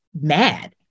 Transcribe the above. mad